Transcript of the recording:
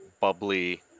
bubbly